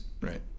right